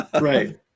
Right